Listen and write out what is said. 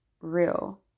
real